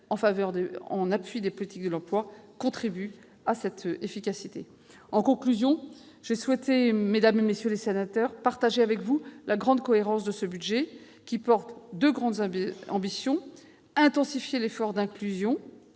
en appui des politiques de l'emploi contribue à cette efficacité. En conclusion, j'ai souhaité partager avec vous, mesdames, messieurs les sénateurs, la grande cohérence de ce budget, qui porte deux grandes ambitions : intensifier l'effort d'inclusion